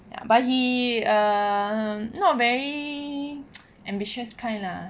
but he um not very ambitious kind lah